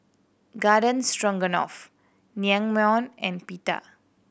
Garden Stroganoff Naengmyeon and Pita